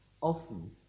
often